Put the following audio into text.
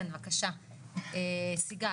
כן, בבקשה, סיגל.